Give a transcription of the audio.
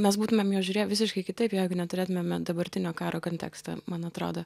mes būtumėm juos žiūrėję visiškai kitaip jeigu neturėtumėme dabartinio karo konteksto man atrodo